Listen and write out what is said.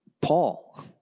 Paul